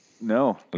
no